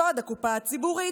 שוד הקופה הציבורית,